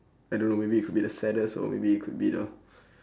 I don't know maybe it could be the saddest or maybe it could be the